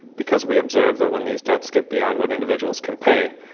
because we observe that when these debts get beyond what individuals can pay,